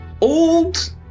old